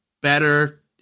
better